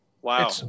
Wow